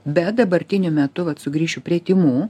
bet dabartiniu metu vat sugrįšiu prie tymų